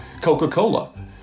Coca-Cola